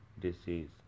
Disease